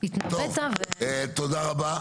טוב, תודה רבה.